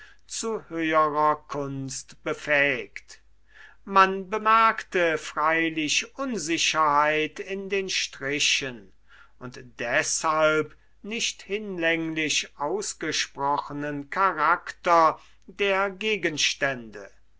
zu höherer kunst befähigt man bemerkte freilich unsicherheit in den strichen und deshalb nicht hinlänglich ausgesprochenen charakter der gegenstände